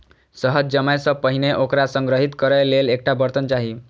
शहद जमै सं पहिने ओकरा संग्रहीत करै लेल एकटा बर्तन चाही